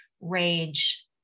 rage